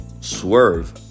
Swerve